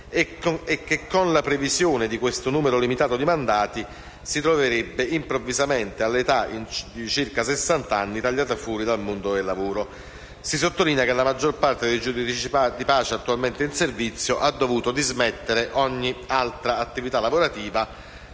e che, con la previsione di un numero limitato di mandati, si troverebbe improvvisamente, all'età di circa sessant'anni, tagliata fuori dal mondo del lavoro. Si sottolinea che la maggior parte dei giudici di pace attualmente in servizio ha dovuto dismettere ogni altra attività lavorativa,